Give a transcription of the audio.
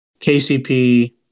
KCP